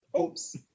Oops